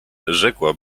rzekła